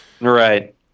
Right